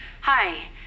Hi